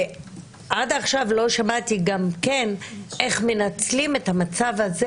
ועד עכשיו לא שמעתי גם כן איך מנצלים את המצב הזה